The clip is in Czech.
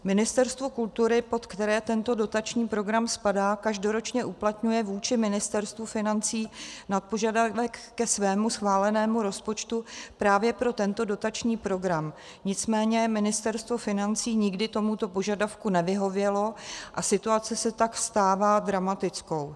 Ministerstvo kultury, pod které tento dotační program spadá, každoročně uplatňuje vůči Ministerstvu financí nad požadavek ke svému schválenému rozpočtu právě pro tento dotační program, nicméně Ministerstvo financí nikdy tomuto požadavku nevyhovělo a situace se tak stává dramatickou.